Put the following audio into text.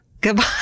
goodbye